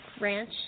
Ranch